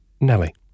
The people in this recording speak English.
Nelly